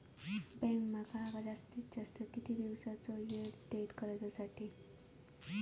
Bank माका जादात जादा किती दिवसाचो येळ देयीत कर्जासाठी?